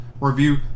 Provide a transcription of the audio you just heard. review